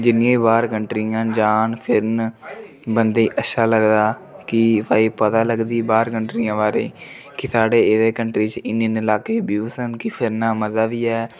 जिन्निया बी बाह्र कंट्रियां न जान फिरन बन्दे अच्छा लगदा कि भई पता लगदी बाह्र कंट्रियें दे बाह्र कि साढ़ै एह्दे कंट्री च इन्नी इन्नी लाके व्यूज न फिरने दा मज़ा बी ऐ